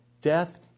death